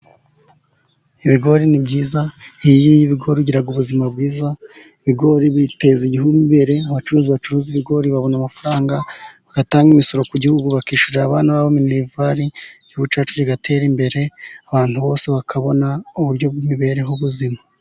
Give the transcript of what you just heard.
Ibigori ni byiza iyo uriye ibigori ugira ubuzima bwiza, ibigori biteza igihugu imbere, abacuruzi bacuruza ibigori babona amafaranga batanga imisoro ku gihugu bakishyurira abana babo minerivari igihugu cyacu kigatera imbere, abantu bose bakabona uburyo bw'imibereho b'ubuzima.